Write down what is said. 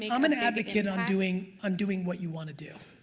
and i'm an advocate on doing um doing what you want to do,